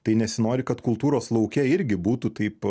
tai nesinori kad kultūros lauke irgi būtų taip